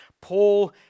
Paul